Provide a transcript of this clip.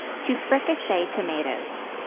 to fricassee tomatoes.